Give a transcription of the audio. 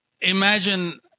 imagine